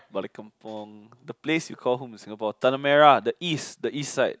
balik-kampung the place you call home in Singapore Tanah-Merah the east the east side